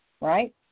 right